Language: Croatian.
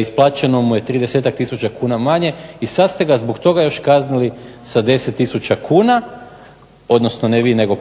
isplaćeno mu je 30-tak tisuća kuna manje i sad ste ga zbog toga još kaznili sa 10000 kuna, odnosno ne vi nego